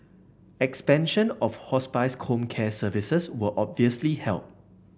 expansion of hospice home care services will obviously help